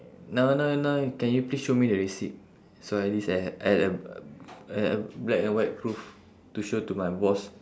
now now now can you please show me the receipt so at least I have I have uh I have black and white proof to show to my boss